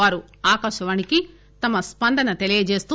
వారు ఆకాశవాణికి తమ స్పందన తెలియజేస్తూ